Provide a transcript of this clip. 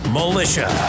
militia